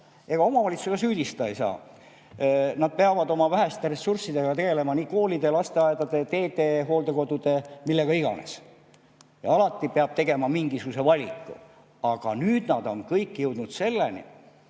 Ega omavalitsusi süüdistada ei saa. Nad peavad oma väheste ressurssidega tegelema koolide ja lasteaedadega, teede ja hooldekodudega – millega iganes. Ja alati peab tegema mingisuguse valiku. Aga nüüd nad on kõik jõudnud